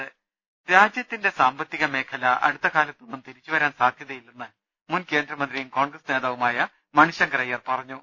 ്് രാജ്യത്തിന്റെ സാമ്പത്തികമേഖല അടുത്ത കാലത്തൊന്നും തിരിച്ചുവരാൻ സാധ്യതയില്ലെന്ന് മുൻ കേന്ദ്രമന്ത്രിയും കോൺഗ്രസ് നേതാവുമായ മണിശങ്കർ അയ്യർ പറഞ്ഞു